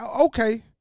okay